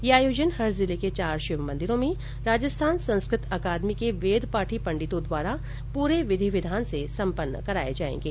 ये आयोजन हर जिले के चार शिव मंदिरों में राजस्थान संस्कृत अकादमी के वेदपाठी पण्डितों द्वारा पूरे विधि विधान से सम्पन्न कराये जाएंगे